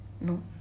No